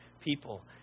people